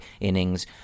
innings